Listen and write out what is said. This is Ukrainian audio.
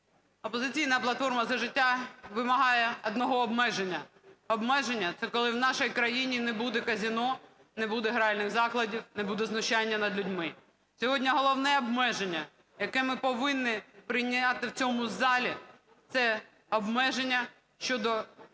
"Опозиційна платформа - За життя" вимагає одного обмеження. Обмеження, це коли в нашій країні не буде казино, не буде гральних закладів, не буде знущання над людьми. Сьогодні головне обмеження, яке ми повинні прийняти в цьому залі, це обмеження щодо тих дій,